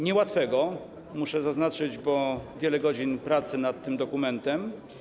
Niełatwego, muszę zaznaczyć, bo było wiele godzin pracy nad tym dokumentem.